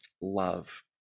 love